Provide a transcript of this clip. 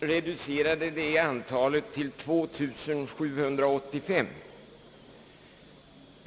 reducerade det antalet till 2 785.